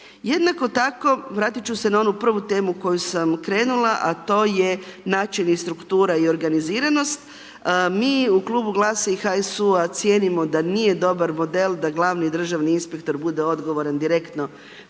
Jednako tako, vratit ću se na onu prvu temu koju sam krenula, a to je način i struktura i organiziranost. Mi u Klubu GLS-a i HSU-a, cijenimo da nije dobar model da glavni državni inspektor bude odgovoran direktno